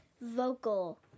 vocal